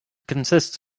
consists